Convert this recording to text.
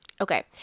Okay